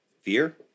fear